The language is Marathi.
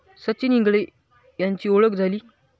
सचिन इंगळे यांची ओळख झाली